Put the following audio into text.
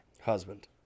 Husband